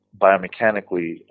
biomechanically